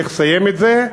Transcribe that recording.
צריך לסיים את זה.